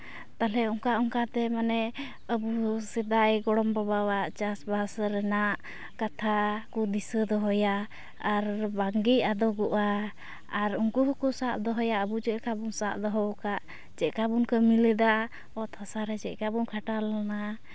ᱛᱟᱦᱚᱞᱮ ᱚᱱᱠᱟ ᱚᱱᱠᱟ ᱛᱮ ᱢᱟᱱᱮ ᱟᱵᱚ ᱥᱮᱫᱟᱭ ᱜᱚᱲᱚᱢ ᱵᱟᱵᱟᱣᱟᱜ ᱪᱟᱥᱵᱟᱥ ᱨᱮᱱᱟᱜ ᱠᱟᱛᱷᱟ ᱠᱚ ᱫᱤᱥᱟᱹ ᱫᱚᱦᱚᱭᱟ ᱟᱨ ᱵᱟᱝᱜᱮᱭ ᱟᱫᱚᱜᱚᱜᱼᱟ ᱟᱨ ᱩᱱᱠᱩ ᱦᱚᱸᱠᱚ ᱥᱟᱵ ᱫᱚᱦᱚᱭᱟ ᱟᱵᱚ ᱪᱮᱫᱞᱮᱠᱟ ᱵᱚᱱ ᱥᱟᱵ ᱫᱚᱦᱚᱣᱟᱠᱟᱫ ᱪᱮᱫᱞᱮᱠᱟ ᱵᱚᱱ ᱠᱟᱹᱢᱤ ᱞᱮᱫᱟ ᱚᱛ ᱦᱟᱥᱟ ᱨᱮ ᱪᱮᱫᱞᱮᱠᱟ ᱵᱚᱱ ᱠᱷᱟᱴᱟᱣ ᱞᱮᱱᱟ